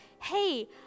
hey